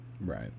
Right